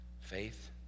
Faith